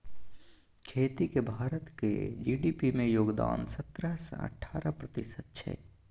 खेतीक भारतक जी.डी.पी मे योगदान सतरह सँ अठारह प्रतिशत छै